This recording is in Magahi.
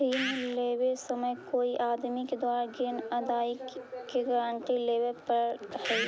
ऋण लेवे समय कोई आदमी के द्वारा ग्रीन अदायगी के गारंटी लेवे पड़ऽ हई